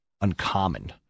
uncommon